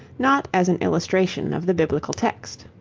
not as an illustration of the biblical text.